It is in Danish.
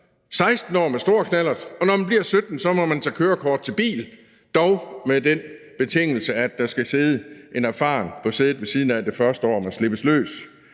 16 år med stor knallert, og når man bliver 17 år, må man tage kørekort til bil, dog på den betingelse, at der skal sidde en erfaren på sædet ved siden af det første år, man slippes løs.